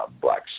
Black